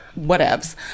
whatevs